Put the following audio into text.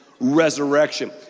resurrection